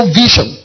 vision